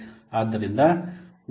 ಆದ್ದರಿಂದ ಅದು ಮಹತ್ವದ್ದಾಗಿದೆ